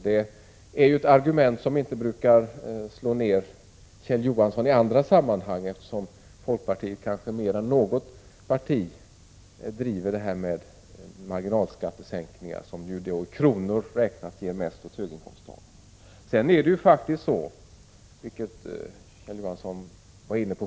Det är ett argument som inte brukar slå ner Kjell Johansson i andra sammanhang, eftersom folkpartiet kanske mer än något annat parti driver frågan om marginalskattesänkningar, som i kronor räknat ger mest åt höginkomsttagare.